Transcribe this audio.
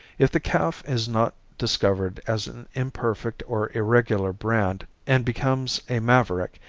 if the calf is not discovered as an imperfect or irregular brand and becomes a maverick,